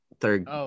third